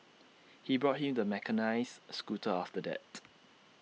he bought him the mechanised scooter after that